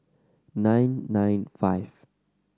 nine nine five